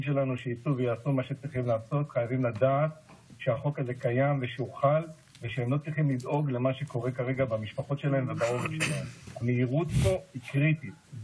חשוב שנשמע כולנו את זה, גם